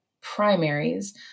primaries